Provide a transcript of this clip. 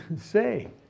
say